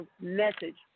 message